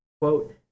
quote